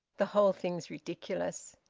the whole thing's ridiculous!